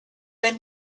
been